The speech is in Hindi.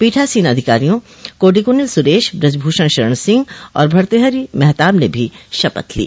पीठासीन अधिकारियों कोडिकुनिल सुरेश बृजभूषण शरण सिंह और भर्तृहरि महताब ने भी शपथ ली